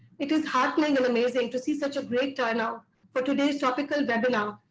it is heartening and amazing to see such a great ah now for today's topical webinar,